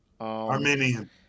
Armenian